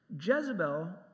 Jezebel